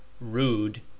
rude